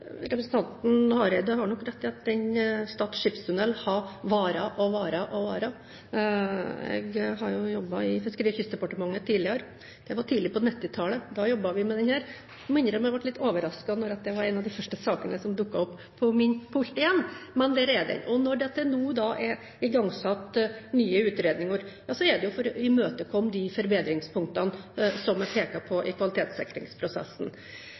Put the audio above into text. Representanten Hareide har nok rett i at Stad skipstunnel har vart og vart. Jeg har jo jobbet i Fiskeri- og kystdepartementet tidligere – det var tidlig på 1990-tallet, da jobbet vi med denne saken. Jeg må innrømme at jeg ble litt overrasket da dette var en av de første sakene som dukket opp på min pult igjen, men der er den. Og når det nå er igangsatt nye utredninger, er det for å imøtekomme de forbedringspunktene som er pekt på i kvalitetssikringsprosessen.